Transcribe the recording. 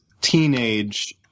teenage